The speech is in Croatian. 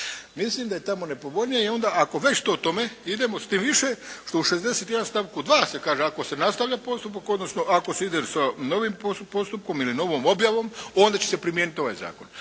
Mislim da je tamo nepovoljnije. I onda ako već to o tome idemo s tim više što u 61. stavku 2. se kaže ako se nastavlja postupak, odnosno ako se ide sa novim postupkom ili novom objavom onda će se primijeniti ovaj zakon.